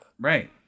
Right